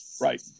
Right